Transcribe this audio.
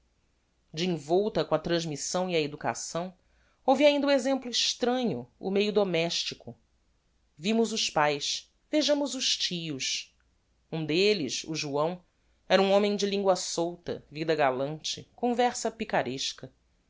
de envolta com a transmissão e a educação houve ainda o exemplo extranho o meio domestico vimos os paes vejamos os tios um delles o joão era um homem de lingua solta vida galante conversa picaresca